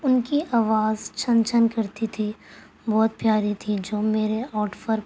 ان کی اواز چھن چھن کرتی تھی بہت پیاری تھی جو میرے آؤٹ پر